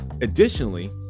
Additionally